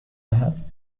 دهد